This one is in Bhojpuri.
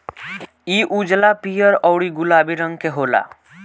इ उजला, पीयर औरु गुलाबी रंग के होला